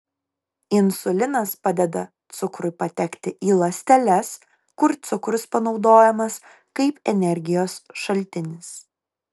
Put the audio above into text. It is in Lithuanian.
insulinas padeda cukrui patekti į ląsteles kur cukrus panaudojamas kaip energijos šaltinis